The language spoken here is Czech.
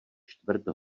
čtvrt